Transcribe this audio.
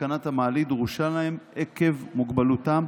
שהתקנת המעלית דרושה להם עקב מוגבלותם,